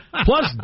Plus